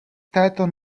této